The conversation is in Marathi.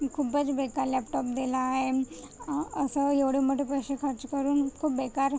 खूपच बेकार लॅपटाॅप दिला आहे असं एवढे मोठे पैसे खर्च करून खूप बेकार